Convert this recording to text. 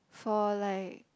for like